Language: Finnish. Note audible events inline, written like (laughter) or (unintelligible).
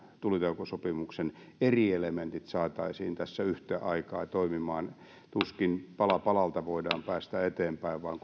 tulitaukosopimuksen eri elementit saataisiin tässä yhtä aikaa toimimaan tuskin pala palalta voidaan päästä eteenpäin vaan (unintelligible)